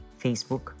Facebook